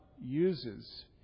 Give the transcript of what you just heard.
uses